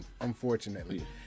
unfortunately